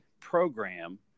program